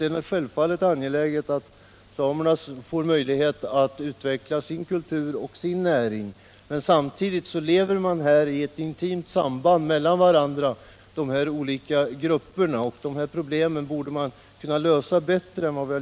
Det är självfallet angeläget att samerna får möjlighet att utveckla sin kultur och sin näring, men Nr 24 samtidigt har dessa båda grupper ett intimt samband med varandra.